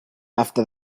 after